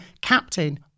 captain